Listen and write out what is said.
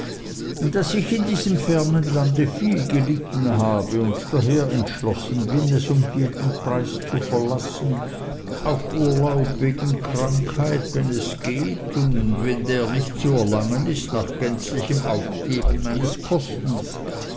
daß ich in diesem fernen lande viel gelitten habe und daher entschlossen bin es um jeden preis zu verlassen auf urlaub wegen krankheit wenn es geht und wenn der nicht zu erlangen ist nach gänzlichem aufgeben meines postens